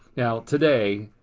now today.